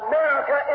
America